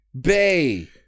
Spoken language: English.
Bay